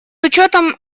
учетом